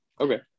Okay